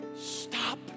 Stop